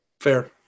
fair